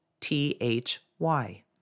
t-h-y